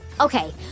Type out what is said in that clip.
Okay